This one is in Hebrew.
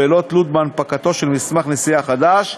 בלא תלות בהנפקת מסמך נסיעה חדש,